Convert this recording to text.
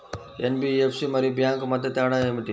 NBFC మరియు bank మధ్య తేడా ఏమిటీ?